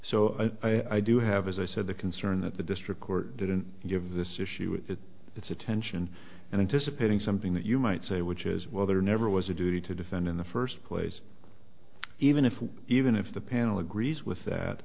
so i do have as i said the concern that the district court didn't give this issue with its attention and anticipating something that you might say which is well there never was a duty to defend in the first place even if even if the panel agrees with that